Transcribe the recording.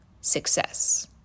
Success